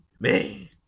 man